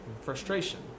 Frustration